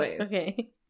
Okay